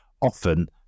often